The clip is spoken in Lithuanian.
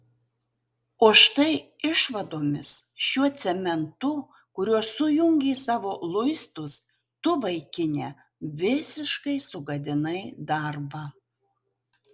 o štai išvadomis šiuo cementu kuriuo sujungei savo luistus tu vaikine visiškai sugadinai darbą